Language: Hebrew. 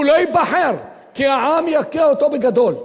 הוא לא ייבחר, כי העם יכה אותו בגדול.